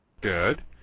Good